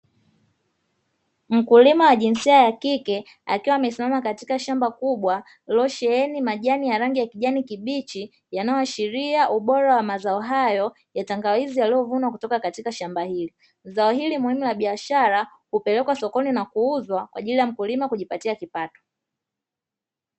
Mkulima wa jinsia ya kike akiwa amesimama katika shamba kubwa lililosheni majani ya rangi ya kijani kibichi, yanayoashiria ubora wa mazao hayo ya tangawizi yaliyovunwa kutoka katika shamba hili. Zao hili muhimu la biashara hupelekwa sokoni na kuuzwa kwa ajili ya mkulima kujipatia kipato.